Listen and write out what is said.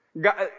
God